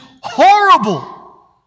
horrible